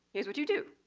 here's what you do